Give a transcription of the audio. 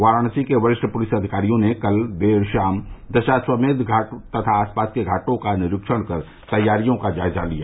वाराणसी के वरिष्ठ पुलिस अधिकारियों ने कल देर शाम दशाश्वमेघ घाट तथा आस पास के घाटो का निरीक्षण कर तैयारियों का जायजा लिया